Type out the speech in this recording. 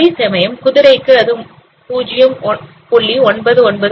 அதேசமயம் குதிரைக்கு அது 0